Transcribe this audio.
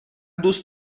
دوست